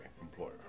employer